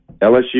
LSU